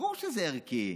ברור שזה ערכי.